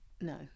No